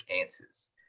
answers